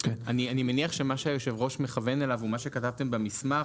אני מניח שמה שהיושב-ראש מכוון אליו הוא מה שכתבתם במסמך: